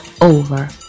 over